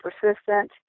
persistent